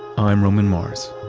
i'm roman mars